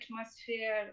atmosphere